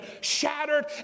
shattered